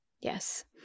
Yes